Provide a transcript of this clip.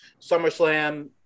SummerSlam